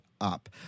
up